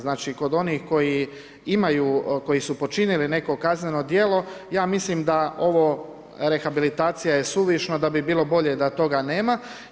Znači kod onih koji imaju, koji su počinili neko kazneno djelo, ja mislim da je ovo, rehabilitacija je suvišno, da bi bilo bolje da toga nema.